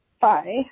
Bye